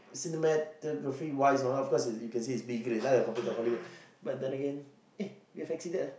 cinematography wise of course you you can see it's be great lah you compare to Hollywood but then again eh you've exceeded ah